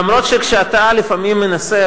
למרות שכשאתה לפעמים מנסה,